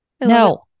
No